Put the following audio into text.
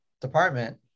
department